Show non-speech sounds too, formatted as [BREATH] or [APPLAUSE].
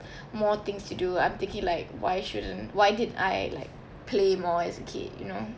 [BREATH] more things to do I'm thinking like why shouldn't why didn't I like play more as a kid you know